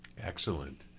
Excellent